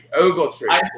Ogletree